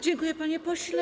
Dziękuję, panie pośle.